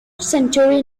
century